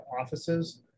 offices